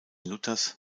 luthers